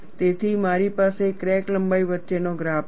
તેથી મારી પાસે ક્રેક લંબાઈ વચ્ચેનો ગ્રાફ છે